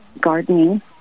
gardening